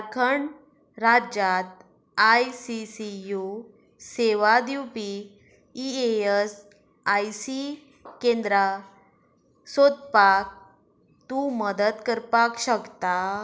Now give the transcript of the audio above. खण राज्यांत I C C U सेवा दिवपी ई एस आय सी केंद्रां सोदपाक तूं मदत करपाक शकता